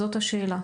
זאת השאלה.